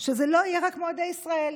שזה לא יהיה רק מועדי ישראל.